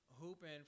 hooping